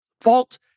fault